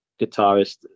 guitarist